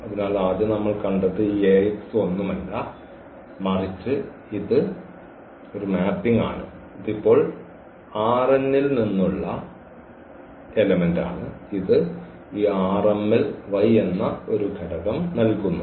അതിനാൽ ആദ്യം നമ്മൾ കണ്ടത് ഈ Ax ഒന്നുമല്ല മറിച്ച് ഇത് മാപ്പിംഗ് ആണ് ഇത് ഇപ്പോൾ ൽ നിന്നുള്ള എലമെന്റ് ആണ് ഇത് ഈ ൽ y എന്ന ഒരു ഘടകം നൽകുന്നു